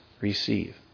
Receive